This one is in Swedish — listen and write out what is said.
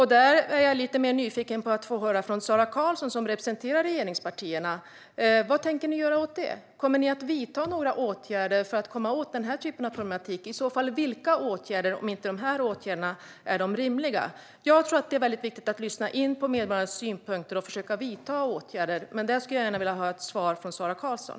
Där är jag lite nyfiken på att få höra från Sara Karlsson, som representerar regeringspartierna, vad ni tänker göra. Kommer ni att vidta några åtgärder för att komma åt den här typen av problematik? Vilka åtgärder är det i så fall, om nu inte dessa åtgärder är rimliga? Jag tror att det är viktigt att lyssna in medborgarnas synpunkter och försöka vidta åtgärder, men jag skulle gärna vilja ha ett svar om detta från Sara Karlsson.